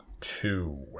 Two